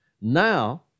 Now